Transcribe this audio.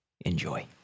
Enjoy